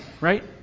Right